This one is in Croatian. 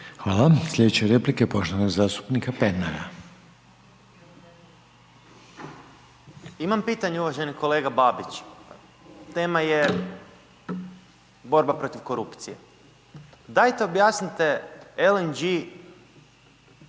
(HDZ)** Slijedeće replike poštovanog zastupnika Pernara. **Pernar, Ivan (Živi zid)** Imam pitanje uvaženi kolega Babić, tema je borba protiv korupcije. Dajte objasnite LNG